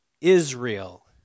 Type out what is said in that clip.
Israel